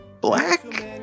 black